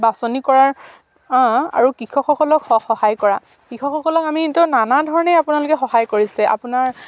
বাছনি কৰাৰ আৰু কৃষকসকলক সহায় কৰা কৃষকসকলক আমিটো নানা ধৰণে আপোনালোকে সহায় কৰিছে আপোনাৰ